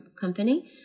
company